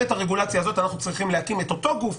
אנחנו צריכים להקים את אותו גוף,